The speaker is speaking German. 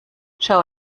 schau